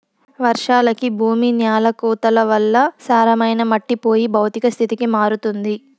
వర్షాలకి భూమి న్యాల కోతల వల్ల సారమైన మట్టి పోయి భౌతిక స్థితికి మారుతుంది